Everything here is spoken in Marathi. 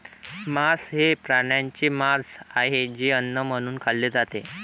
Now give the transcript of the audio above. मांस हे प्राण्यांचे मांस आहे जे अन्न म्हणून खाल्ले जाते